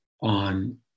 on